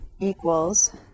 equals